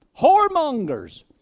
whoremongers